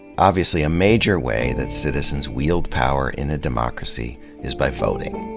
obviously a major way that citizens wield power in a democracy is by voting.